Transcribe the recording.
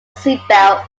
seatbelt